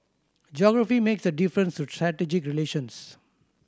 geography makes a difference to relations